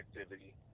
activity